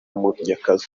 munyakazi